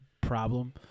problem